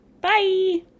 bye